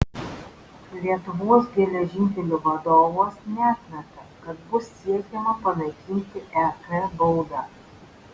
lietuvos geležinkelių vadovas neatmeta kad bus siekiama panaikinti ek baudą